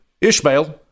Ishmael